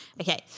Okay